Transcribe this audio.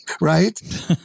Right